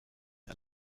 are